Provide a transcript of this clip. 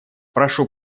прошу